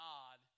God